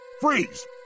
freeze